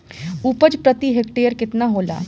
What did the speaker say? उपज प्रति हेक्टेयर केतना होला?